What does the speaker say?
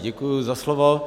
Děkuji za slovo.